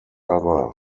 other